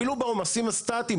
אפילו בעומסים הסטטיים,